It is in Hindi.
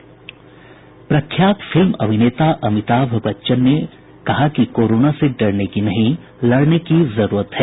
प्रख्यात फिल्म अभिनेता अमिताभ बच्चन ने कहा कि कोरोना से डरने की नहीं लड़ने की जरूरत है